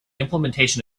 implementation